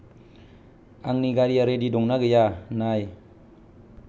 आंंनि गारिया रेडि दं ना गैया नाय